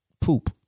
poop